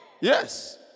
Yes